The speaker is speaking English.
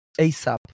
ASAP